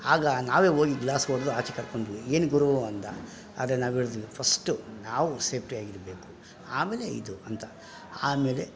ಆಗ ನಾವೇ ಹೋಗಿ ಗ್ಲಾಸ್ ಒಡೆದು ಆಚೆ ಕರ್ಕೊಂಡ್ವಿ ಏನು ಗುರು ಅಂದ ಆದರೆ ನಾವು ಹೇಳಿದ್ವಿ ಫಸ್ಟ್ ನಾವು ಸೇಫ್ಟಿಯಾಗಿರಬೇಕು ಆಮೇಲೆ ಇದು ಅಂತ ಆಮೇಲೆ